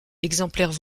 exemplaires